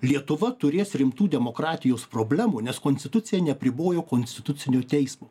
lietuva turės rimtų demokratijos problemų nes konstitucija neapribojo konstitucinio teismo